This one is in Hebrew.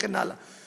וכן הלאה.